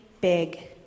big